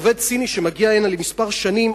עובד סיני שמגיע הנה לכמה שנים,